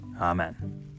Amen